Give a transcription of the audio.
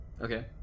Okay